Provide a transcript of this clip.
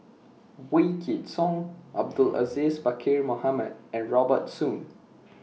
Wykidd Song Abdul Aziz Pakkeer Mohamed and Robert Soon